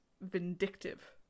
vindictive